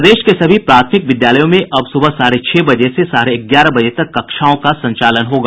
प्रदेश के सभी प्राथमिक विद्यालयों में अब सुबह साढ़े छह बजे से साढ ग्यारह बजे तक कक्षाओं का संचालन होगा